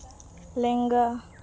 ᱞᱮᱸᱜᱟ